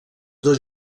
dos